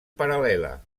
paral·lela